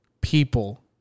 people